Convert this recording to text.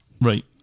right